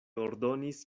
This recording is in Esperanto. ordonis